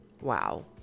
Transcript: wow